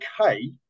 okay